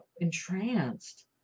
entranced